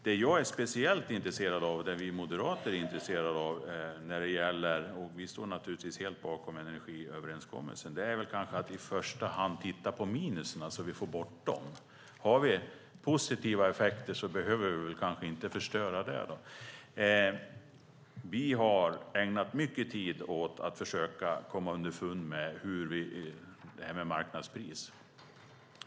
Det jag och vi moderater är speciellt intresserade av - och vi står naturligtvis helt bakom energiöverenskommelsen - är att i första hand titta på de minus som finns så att vi får bort dem. Om det finns positiva effekter behöver vi kanske inte förstöra dem. Vi har ägnat mycket tid åt att försöka komma underfund med marknadspriset.